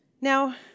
Now